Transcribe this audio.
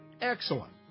excellent